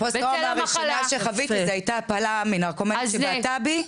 הפוסט טראומה הראשונה שחוויתי זה הייתה הפלה מנרקומנית שבעטה בי,